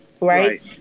right